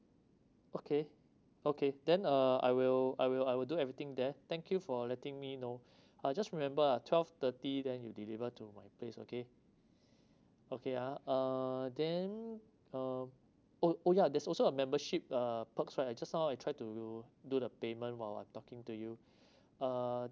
okay okay then uh I will I will I will do everything there thank you for letting me know uh just remember ah twelve thirty then you deliver to my place okay okay ah uh then uh oh oh yeah there's also a membership uh part right so I just now I try to do do the payment while I'm talking to you uh